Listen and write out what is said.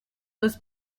was